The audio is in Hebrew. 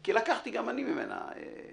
כי גם אני לקחתי ממנה משכנתה.